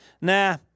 Nah